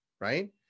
Right